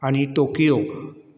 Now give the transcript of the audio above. आनी तोकयो